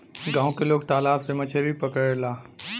गांव के लोग तालाब से मछरी पकड़ेला